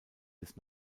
des